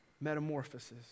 Metamorphosis